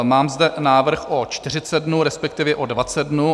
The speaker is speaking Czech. Mám zde návrh o 40 dnů, respektive o 20 dnů.